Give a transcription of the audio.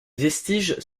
vestiges